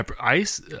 Ice